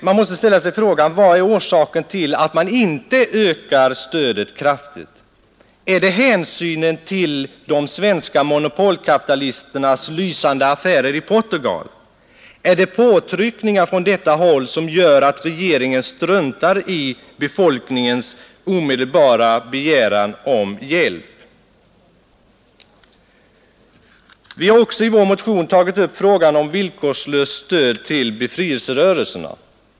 Man måste ställa frågan: Vad är orsaken till att man inte ökar stödet kraftigt? Är det hänsynen till de svenska monopolkapitalisternas lysande affärer i Portugal? Är det påtryckningar från detta håll som gör att regeringen struntar i befolkningens omedelbara behov av hjälp? Vi har i vår motion också tagit upp frågan om villkorslöst stöd till befrielserörelserna.